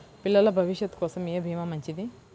పిల్లల భవిష్యత్ కోసం ఏ భీమా మంచిది?